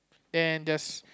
and just